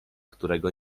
którego